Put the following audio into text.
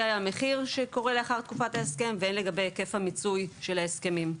המחיר לאחר תקופת ההסכם והן לגבי היקף המיצוי של ההסכמים.